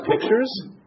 pictures